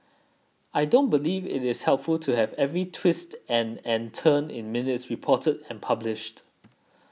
I don't believe it is helpful to have every twist and and turn in minutes reported and published